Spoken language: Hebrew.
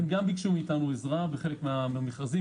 הם גם ביקשו מאיתנו עזרה בחלק מהמכרזים,